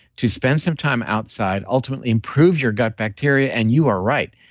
to spend some time outside, ultimately improve your gut bacteria, and you are right,